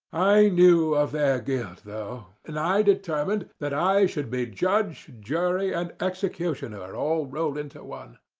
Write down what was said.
i knew of their guilt though, and i determined that i should be judge, jury, and executioner all rolled into one.